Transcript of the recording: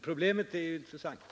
Problemet är intressant.